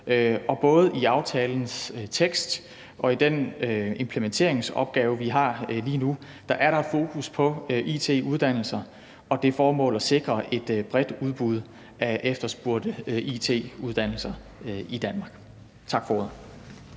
og både i aftalens tekst og i den implementeringsopgave, vi har lige nu, er der fokus på it-uddannelser og det formål at sikre et bredt udbud af efterspurgte it-uddannelser i Danmark. Tak for ordet.